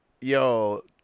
yo